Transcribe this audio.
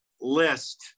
list